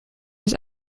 his